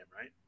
right